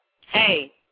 hey